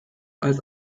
als